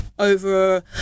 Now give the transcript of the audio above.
over